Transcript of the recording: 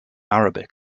arabic